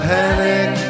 panic